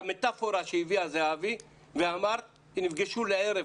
את המטפורה שהביאה זהבי ואמרת שנפגשו לערב,